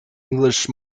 english